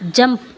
jump